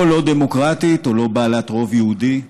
או לא דמוקרטית או לא בעלת רוב יהודי,